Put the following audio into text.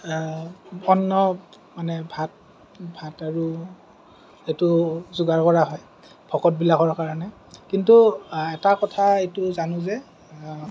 অন্ন মানে ভাত ভাত আৰু এইটো যোগাৰ কৰা হয় ভকতবিলাকৰ কাৰণে কিন্তু এটা কথা এইটো জানো যে